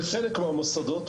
בחלק מהמוסדות,